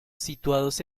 situados